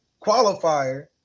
qualifier